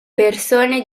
persone